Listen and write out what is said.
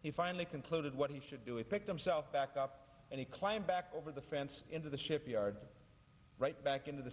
he finally concluded what he should do is pick themselves back up and he climbed back over the fence into the shipyard right back into the